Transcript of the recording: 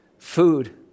Food